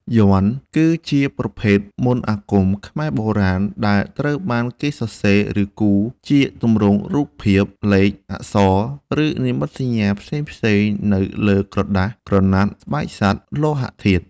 យ័ន្ត គឺជាប្រភេទមន្តអាគមខ្មែរបុរាណ ដែលត្រូវបានសរសេរ ឬគូរជាទម្រង់រូបភាព លេខ អក្សរ ឬនិមិត្តសញ្ញាផ្សេងៗនៅលើក្រដាស ក្រណាត់ ស្បែកសត្វ លោហៈធាតុ។